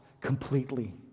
completely